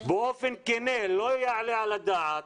לא יעלה על הדעת